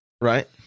Right